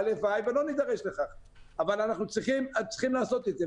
הלוואי ולא נידרש לכך אבל אנחנו צריכים לעשות את זה.